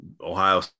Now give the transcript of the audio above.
Ohio